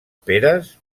peres